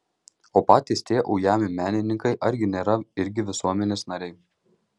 o patys tie ujami menininkai argi nėra irgi visuomenės nariai